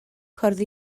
cwrdd